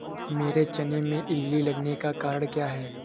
मेरे चने में इल्ली लगने का कारण क्या है?